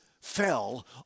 fell